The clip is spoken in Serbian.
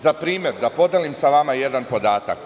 Za primer, da podelim sa vama jedan podatak.